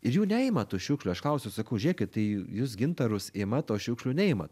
ir jų neima tų šiukšlių aš klausiu sakau žiūrėkit tai jūs gintarus imat o šiukšlių neimat